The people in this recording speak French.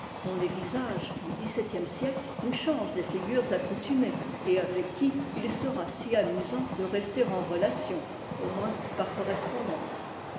dont les visages duxvn siècle nous changent des figures accoutumées et avec qui il sera si amusant de rester en relations au moins par correspondance